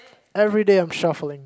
everyday I'm shuffling